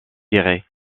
guéret